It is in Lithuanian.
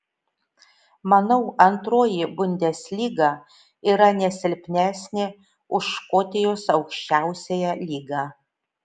manau antroji bundeslyga yra ne silpnesnė už škotijos aukščiausiąją lygą